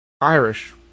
Irish